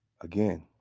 Again